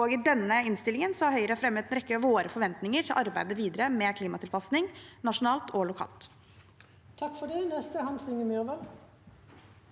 og i denne innstillingen har Høyre fremmet en rekke av sine forventninger til arbeidet videre med klimatilpasning, nasjonalt og lokalt. Hans Inge Myrvold